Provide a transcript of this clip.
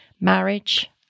marriage